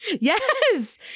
Yes